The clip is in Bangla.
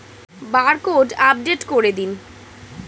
বারকোড আপডেট করে দিন?